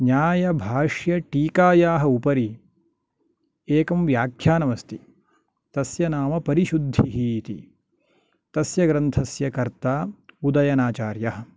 न्यायभाष्यटीकायाः उपरि एकं व्याख्यानमस्ति तस्य नाम परिशुद्धिः इति तस्य ग्रन्थस्य कर्ता उदयनाचार्यः